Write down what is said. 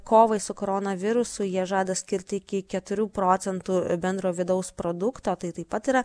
kovai su koronavirusu jie žada skirt iki keturių procentų bendro vidaus produkto tai taip pat yra